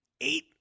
Eight